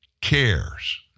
cares